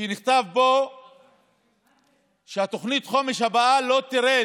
ונכתב בו שתוכנית החומש הבאה לא תרד